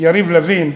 יריב לוין,